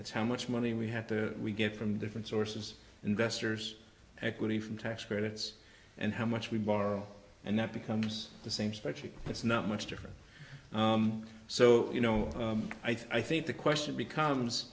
it's how much money we have to we get from different sources investors equity from tax credits and how much we borrow and that becomes the same structure that's not much different so you know i think the question becomes